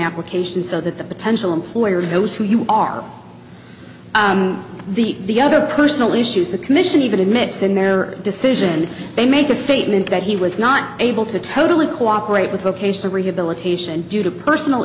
application so that the potential employer knows who you are the the other personal issues the commission even admits in their decision they make a statement that he was not able to totally cooperate with vocational rehabilitation due to personal